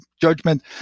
judgment